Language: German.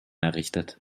errichtet